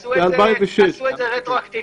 עשו את זה רטרואקטיבית,